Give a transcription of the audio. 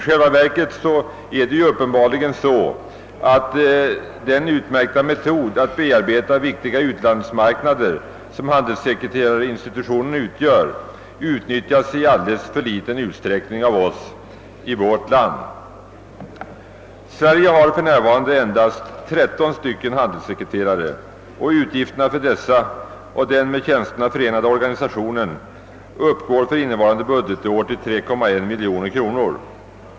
Det är uppenbarligen så att den utmärkta metod att bearbeta viktiga utlandsmarknader, som handelssekreterarinstitutionen innebär, utnyttjas i alltför liten utsträckning av oss svenskar. Sverige har för närvarande endast tretton handelssekreterare. Utgifterna för dessa och den med tjänsterna förenade organisationen uppgår för innevarande budgetår till 3,1 miljoner kronor.